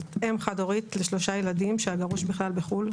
זאת אם חד-הורית לשלושה ילדים שהגרוש בכלל בחו"ל,